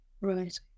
Right